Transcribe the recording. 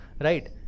right